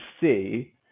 see